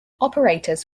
operators